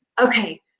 Okay